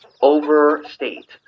overstate